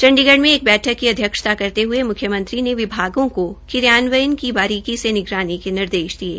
चंडीगढ़ में एक बैठक की अध्यक्षता करते हये म्ख्यमंत्री ने विभागों को क्रियान्वयन की बरीकी से निगरानी के निर्देश दिये